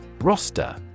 Roster